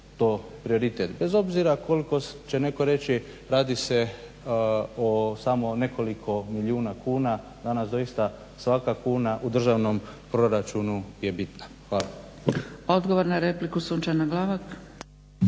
to prioritet bez obzira koliko će netko reći radi se o samo nekoliko milijuna kuna. Danas doista svaka kuna u državnom proračunu je bitna. Hvala. **Zgrebec, Dragica (SDP)** Odgovor na repliku Sunčana Glavak.